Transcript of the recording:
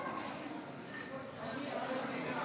אדוני